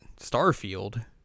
Starfield